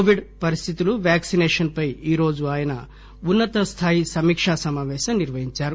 Covid పరిస్థితులు vaccination పై ఈరోజు ఆయన ఉన్నత స్థాయి సమీక్ష సమాపేశం నిర్వహించారు